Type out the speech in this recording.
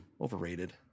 Overrated